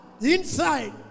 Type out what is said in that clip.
Inside